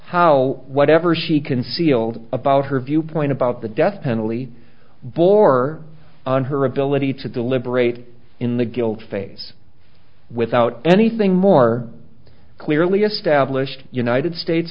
how whatever she concealed about her viewpoint about the death penalty bore on her ability to deliberate in the guilt phase without anything more clearly established united states